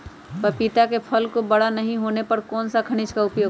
पपीता के फल को बड़ा नहीं होने पर कौन सा खनिज का उपयोग करें?